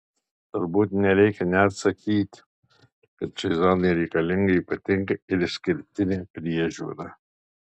turbūt nereikia net sakyti kad šiai zonai reikalinga ypatinga ir išskirtinė priežiūra